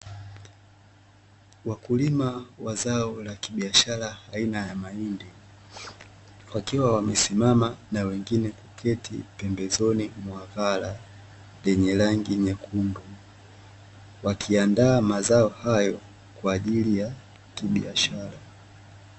Wakulima wa zao la kibiashara aina ya mahindi, wakiwa wamesimama na wengine kuketi pembezoni mwa ghala lenye rangi nyekundu, wakiandaa mazao hayo kwaajili ya kibiashara.